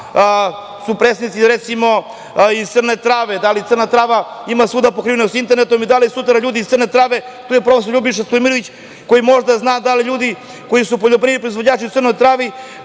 predstavnici iz Crne Trave. Da li Crna Trava ima svuda pokrivenost internetom i da li sutra ljudi iz Crne Trave, tu je profesor Ljubiša Stojimirović, koji možda zna da li ljudi koji su poljoprivredni proizvođači u Crnoj Travi